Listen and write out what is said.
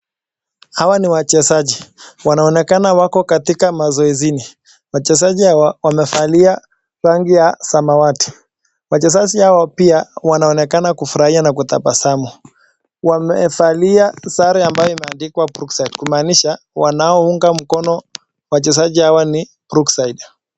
Hawa ni wachezaji wanaonekana wako katika mazoezini wachezaji hawa wamevalia rangi ya samawati wachezaji hawa wanaonekana kufurahia na kutabasamu wamevalia sare ambayo imeandikwa brookside kumaanisha wanaounga mkono wachezaji hawa ni brookside.